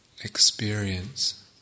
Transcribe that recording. experience